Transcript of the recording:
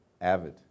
avid